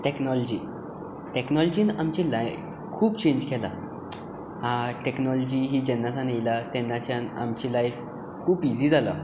technology टॅक्नोलाॅजीन आमची life खूब चँज केला टॅक्नोलाॅजी ही जेन्नासान आयला तेन्नाच्यान आमची लायफ खूब इझी जाला